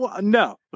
No